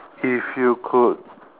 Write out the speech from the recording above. if you could